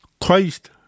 Christ